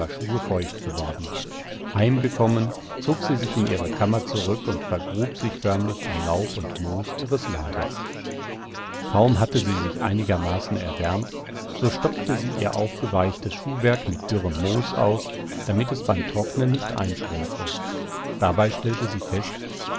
feucht geworden heimgekommen zog sie sich in ihre kammer zurück und vergrub sich förmlich im laub und moos ihres lagers kaum hatte sie sich einigermaßen erwärmt so stopfte sie ihr aufgeweichtes schuhwerk mit dürrem moos aus damit es beim trocknen nicht einschrumpfe dabei stellte sie fest